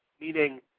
Meaning